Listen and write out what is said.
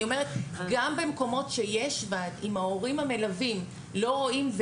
אני אומרת גם במקומות שיש ועם ההורים המלווים לא רואים,